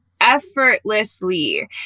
effortlessly